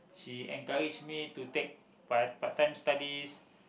she encourage me to take my part time studies